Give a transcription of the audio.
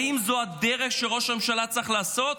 האם זו הדרך שראש הממשלה צריך לעשות?